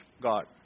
God